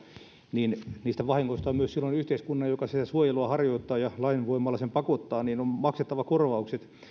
niin niistä vahingoista silloin yhteiskunnan joka sitä suojelua harjoittaa ja lain voimalla siihen pakottaa on myös maksettava korvaukset